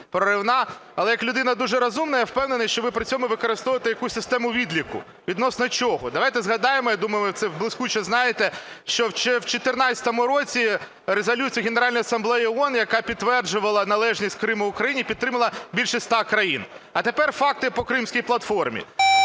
Але як людина дуже розумна, я впевнений, що ви при цьому використовуєте якусь систему відліку, відносно чого. Давайте згадаємо, я думаю, ви це блискуче знаєте, що в 14-му році Резолюцію Генеральної Асамблеї ООН, яка підтверджувала належність Криму Україні, підтримало більше ста країн. А тепер факти по Кримській платформі.